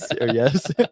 Yes